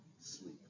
sleep